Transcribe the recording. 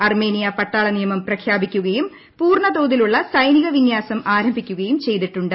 Armenia പട്ടാളനിയമം പ്രഖ്യാപിക്കുകയും പൂർണതോതിലുള്ള സൈനിക വിന്യാസം ആരംഭിക്കുകയും ചെയ്തിട്ടുണ്ട്